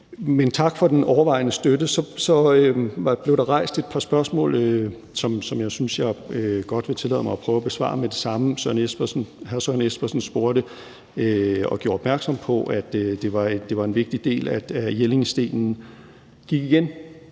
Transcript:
tak for den overvejende støtte. Så blev der rejst et par spørgsmål, som jeg synes jeg godt vil tillade mig at prøve at besvare med det samme. Hr. Søren Espersen spurgte og gjorde opmærksom på, at det var en vigtig del, at Jellingstenen gik igen